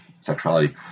sexuality